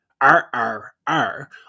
R-R-R